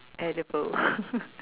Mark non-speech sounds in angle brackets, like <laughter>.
edible <laughs>